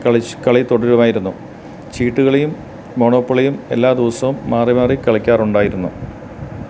കളിച് കളി തുടരുമായിരുന്നു ചീട്ട് കളിയും മോണോപ്പൊളിയും എല്ലാ ദിവസവും മാറിമാറി കളിക്കാറുണ്ടായിരുന്നു